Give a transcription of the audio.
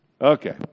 Okay